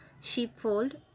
sheepfold